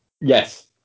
Yes